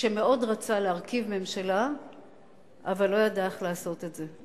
שמאוד רצה להרכיב ממשלה אבל לא ידע איך לעשות את זה.